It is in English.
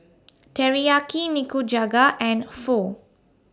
Teriyaki Nikujaga and Pho